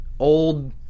old